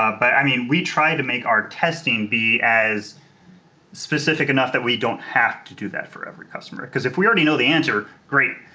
um but i mean we try to make our testing be as specific enough that we don't have to do that for every customer. because if we already know the answer, great.